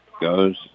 goes